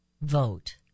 vote